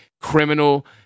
criminal